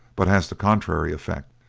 but has the contrary effect.